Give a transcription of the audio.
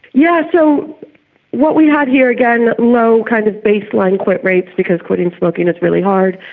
yeah so what we had here, again, low kind of baseline quit rates because quitting smoking is really hard.